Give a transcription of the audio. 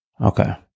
Okay